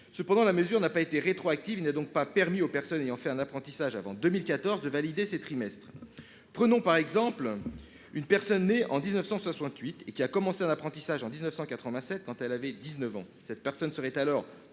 Cependant, la mesure n'a pas été rétroactive et n'a donc pas permis aux personnes ayant été en apprentissage avant 2014 de valider ces trimestres. Prenons l'exemple d'une personne née en 1968 et ayant commencé un apprentissage en 1987, quand elle avait 19 ans. Cette personne serait